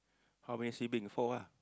how many sibling four ah